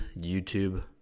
YouTube